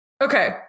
Okay